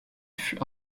fut